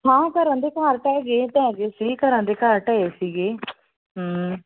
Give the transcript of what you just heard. ਹਾਂ ਘਰਾਂ ਦੇ ਘਰ ਢਹਿ ਗਏ ਢਹਿ ਗਏ ਸੀ ਘਰਾਂ ਦੇ ਘਰ ਢਏ ਸੀਗੇ ਹਮ